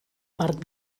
part